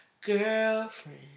Girlfriend